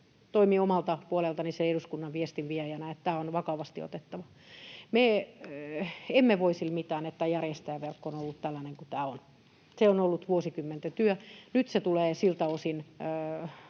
toimin omalta puoleltani eduskunnan viestinviejänä, että on vakavasti otettava. Me emme voi mitään sille, että tämä järjestäjäverkko on ollut tällainen kuin tämä on. Se on ollut vuosikymmenten työ. Nyt se tulee siltä osin,